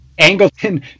Angleton